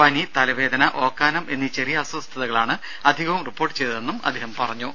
പനി തലവേദന ഓക്കാനം എന്നീ ചെറിയ അസ്വസ്ഥതകളാണ് അധികവും റിപ്പോർട്ട് ചെയ്തതെന്നും അദ്ദേഹം പറഞ്ഞു